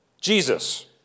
Jesus